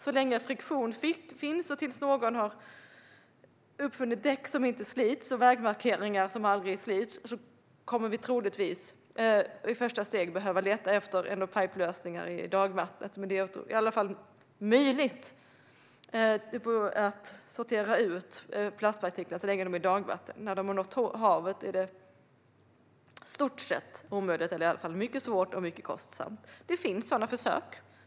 Så länge friktion finns och tills någon har uppfunnit däck och vägmarkeringar som inte slits kommer vi troligtvis i ett första steg att behöva leta efter end-of-pipe-lösningar i dagvattnet. Men det är i alla fall möjligt att sortera ut plastpartiklar så länge de är i dagvatten. När de har nått havet är det i stort sett omöjligt eller i alla fall mycket svårt och mycket kostsamt. Det finns sådana försök.